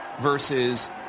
versus